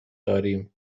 داریم